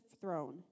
throne